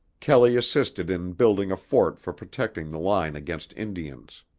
kelley assisted in building a fort for protecting the line against indians.